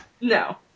No